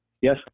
Yes